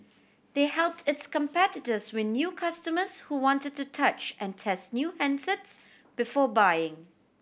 they helped its competitors win new customers who wanted to touch and test new handsets before buying